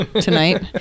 tonight